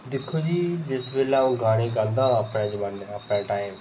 दिक्खो जी जिसलै अ'ऊं गाने गांदा हा अपने जमानै अपने टाइम